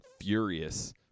furious